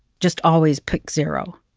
just always pick zero